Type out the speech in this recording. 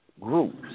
groups